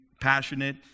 passionate